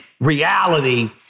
reality